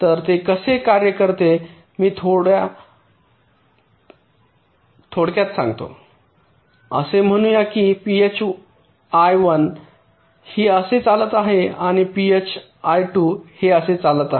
तर ते कसे कार्य करते मी फक्त थोडक्यात सांगतो असे म्हणू या की phi 1 ही असे चालत आहे आणि phi 2 हे असे चालू आहे